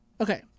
Okay